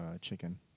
chicken